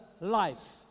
life